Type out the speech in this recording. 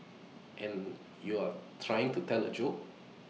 and you're trying to tell A joke